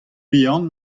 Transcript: bihan